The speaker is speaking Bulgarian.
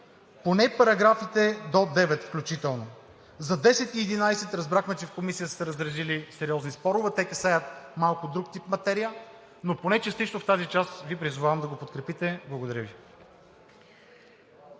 поне алинеите до 9, включително. За ал. 10 и 11 разбрахме, че в Комисията са се разразили сериозни спорове, те касаят малко друг тип материя, но поне частично в тази част Ви призовавам да го подкрепите. Благодаря Ви.